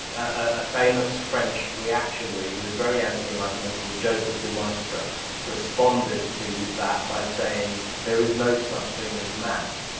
a famous french reactionary, who was very anti-enlightenment called joseph de maistre responded to that by saying there is no such thing as man.